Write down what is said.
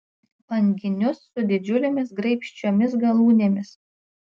banginius su didžiulėmis graibščiomis galūnėmis